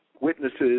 witnesses